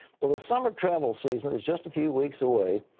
well, the summer travel season is just a few weeks away.